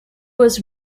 was